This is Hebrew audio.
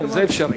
כן, זה אפשרי.